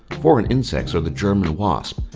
foreign insects are the german wasp,